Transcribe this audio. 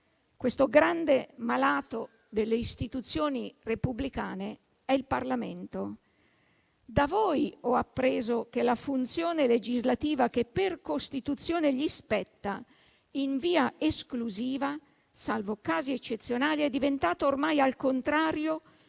Questo grande malato delle istituzioni repubblicane è il Parlamento. Da voi ho appreso che la funzione legislativa, che per Costituzione gli spetta in via esclusiva (salvo casi eccezionali), è diventata ormai, al contrario,